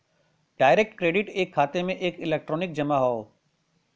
direct credit एक खाते में एक इलेक्ट्रॉनिक जमा हौ